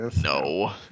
no